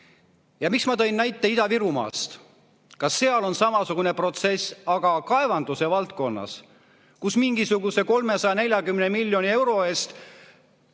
Miks ma tõin näiteks Ida-Virumaa? Ka seal on samasugune protsess, aga kaevanduse valdkonnas, kus mingisuguse 340 miljoni euro eest